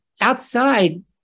outside